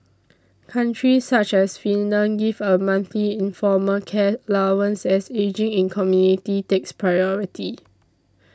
countries such as Finland give a monthly informal care allowance as ageing in community takes priority